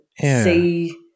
see